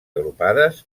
agrupades